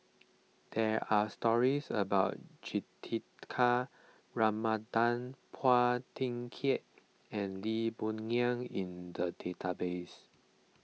there are stories about Juthika Ramanathan Phua Thin Kiay and Lee Boon Ngan in the database